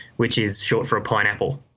which is short for a pineapple.